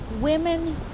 women